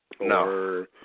No